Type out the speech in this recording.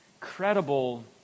credible